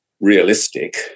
realistic